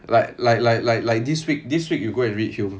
like like like like like this week this week you go and read hume